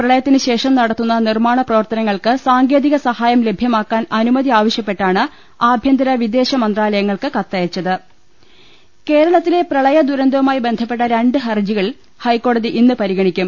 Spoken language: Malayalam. പ്രളയത്തിന്ശേഷം നട ത്തുന്ന നിർമ്മാണ പ്രവർത്തനങ്ങൾക്ക് സാങ്കേതിക സഹായം ലഭ്യമാക്കാൻ അനുമതി ആവശ്യപ്പെട്ടാണ് ആഭ്യന്തര വിദേശ മന്ത്രാലയങ്ങൾക്ക് കത്തയച്ചത് ൾ ൽ ൾ കേരളത്തിലെ പ്രളയദുരന്തവുമായി ബന്ധപ്പെട്ട രണ്ട് ഹർജികൾ ഹൈക്കോടതി ഇന്ന് പരിഗണിക്കും